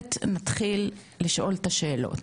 בהחלט נתחיל לשאול את השאלות,